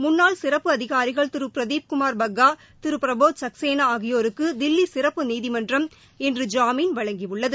முன்னாள் சிறப்பு அதிகாரிகள் திரு பிரதீப்குமார் பக்கா திரு பிரபோத் சக்சேனா ஆகியோருக்கு தில்லி சிறப்பு நீதிமன்றம் இன்று ஜாமீன் வழங்கியுள்ளது